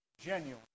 genuine